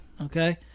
Okay